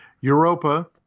Europa